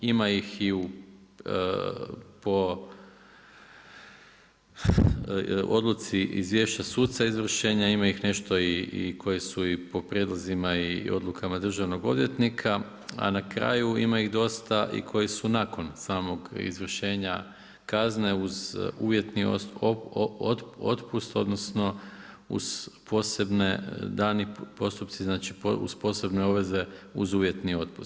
Ima ih i po odluci izvješća suca izvršenja, ima ih nešto koji su po prijedlozima i odlukama državnog odvjetnika, a na kraju ima ih dosta i koji su nakon samog izvršenja kazne uz uvjetni otpust odnosno uz posebne dani postupci znači uz posebne obveze uz uvjetni otpust.